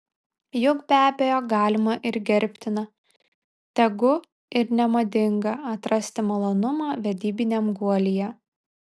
juk be abejo galima ir gerbtina tegu ir nemadinga atrasti malonumą vedybiniam guolyje